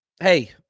hey